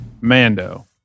Mando